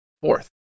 fourth